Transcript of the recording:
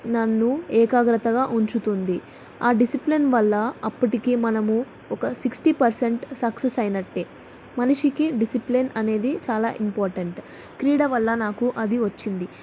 నన్ను ఏకాగ్రతగా ఉంచుతుంది ఆ డిసిప్లిన్ వల్ల అప్పటికీ మనము ఒక సిక్స్టీ పర్సెంట్ సక్సెస్ అయినట్టే మనిషికి డిసిప్లిన్ అనేది చాలా ఇంపార్టెంట్ క్రీడ వల్ల నాకు అది వచ్చింది